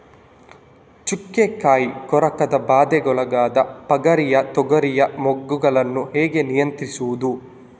ಚುಕ್ಕೆ ಕಾಯಿ ಕೊರಕದ ಬಾಧೆಗೊಳಗಾದ ಪಗರಿಯ ತೊಗರಿಯ ಮೊಗ್ಗುಗಳನ್ನು ಹೇಗೆ ನಿಯಂತ್ರಿಸುವುದು?